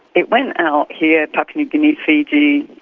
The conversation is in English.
it went out here, papua new guinea, fiji,